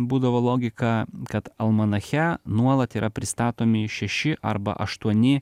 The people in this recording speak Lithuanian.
būdavo logika kad almanache nuolat yra pristatomi šeši arba aštuoni